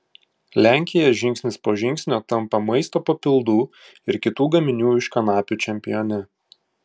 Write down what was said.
lenkija žingsnis po žingsnio tampa maisto papildų ir kitų gaminių iš kanapių čempione